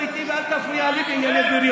אינו נוכח מיכאל מרדכי ביטון,